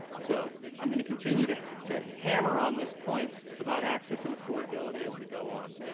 so i'm going to continue to to hammer on this point about access and affordability as we go on.